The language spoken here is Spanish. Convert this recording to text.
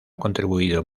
contribuido